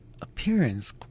appearance